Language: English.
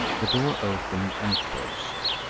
the door opened and closed.